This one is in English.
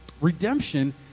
Redemption